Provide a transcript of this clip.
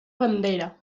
bandera